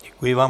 Děkuji vám.